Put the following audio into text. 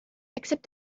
except